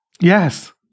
Yes